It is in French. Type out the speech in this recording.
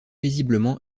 paisiblement